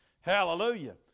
Hallelujah